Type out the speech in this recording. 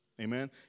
amen